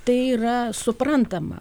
tai yra suprantama